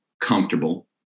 comfortable